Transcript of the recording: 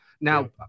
Now